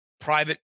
private